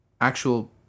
actual